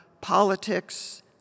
politics